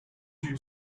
you